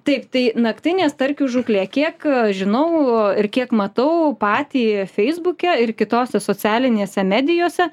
taip tai naktinė starkių žūklė kiek žinau ir kiek matau patį feisbuke ir kitose socialinėse medijose